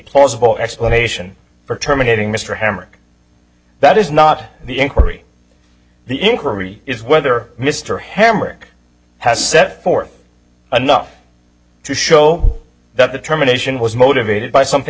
plausible explanation for terminating mr hemmer that is not the inquiry the inquiry is whether mr hemmer has set forth anough to show that the terminations was motivated by something